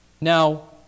Now